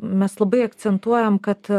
mes labai akcentuojam kad